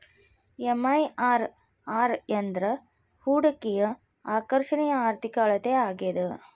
MIRR ಅಂದ್ರ ಹೂಡಿಕೆಯ ಆಕರ್ಷಣೆಯ ಆರ್ಥಿಕ ಅಳತೆ ಆಗ್ಯಾದ